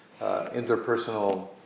interpersonal